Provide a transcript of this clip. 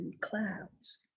clouds